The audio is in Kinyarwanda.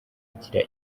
igira